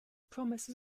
promise